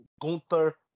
Gunther